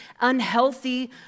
unhealthy